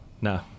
No